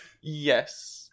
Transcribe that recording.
Yes